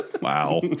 Wow